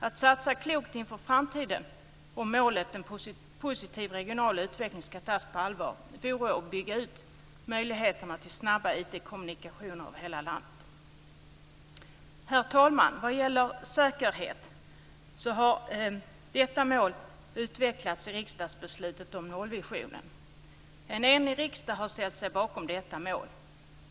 Att satsa klokt inför framtiden, om målet om en positiv regional utveckling ska tas på allvar, vore att bygga ut möjligheterna till snabba IT Herr talman! Målet när det gäller säkerhet har utvecklats i riksdagsbeslutet om nollvisionen. En enig riksdag har ställt sig bakom detta mål.